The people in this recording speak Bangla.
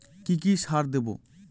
কি কি সার দেবো?